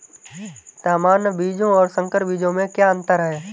सामान्य बीजों और संकर बीजों में क्या अंतर है?